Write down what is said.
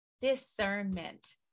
Discernment